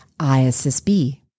ISSB